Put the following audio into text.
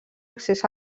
accés